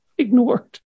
ignored